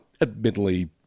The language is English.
admittedly